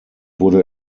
wurde